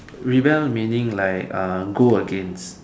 rebel meaning like ah go against